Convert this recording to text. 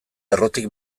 errotik